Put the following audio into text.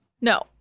No